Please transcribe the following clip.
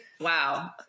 Wow